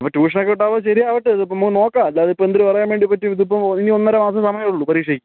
അപ്പോൾ ട്യൂഷനൊക്കെ വിട്ടാൽ ശരിയാക്കട്ട് ഇപ്പോൾ നമുക്ക് നോക്കാം അല്ലാതെ ഇപ്പോൾ എന്തര് പറയാൻ വേണ്ടി പറ്റും ഇതിപ്പോൾ ഇനി ഒന്നര മാസം സമയേ ഉള്ളൂ പരീക്ഷയ്ക്ക്